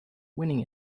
winning